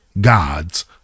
God's